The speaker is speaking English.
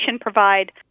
provide